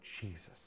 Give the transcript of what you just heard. Jesus